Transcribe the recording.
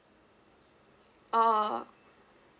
orh